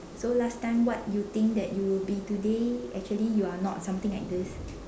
so last time what you think that you will be today actually you are not something like this